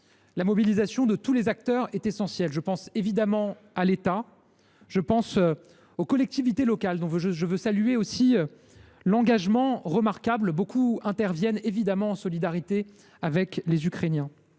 la mobilisation de tous les acteurs est essentielle. Je pense évidemment à l’État, aux collectivités locales, dont je veux saluer l’engagement remarquable. Nombre d’entre elles interviennent en solidarité avec les Ukrainiens.